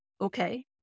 Okay